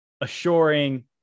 assuring